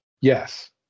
Yes